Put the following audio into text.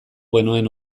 genuen